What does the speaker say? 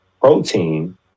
protein